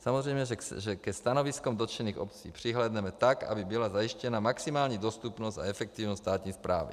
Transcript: Samozřejmě, že ke stanoviskům dotčených obcí přihlédneme tak, aby byla zajištěna maximální dostupnost a efektivnost státní správy.